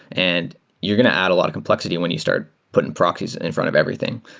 and you're going to add a lot of complexity when you start putting proxies in front of everything.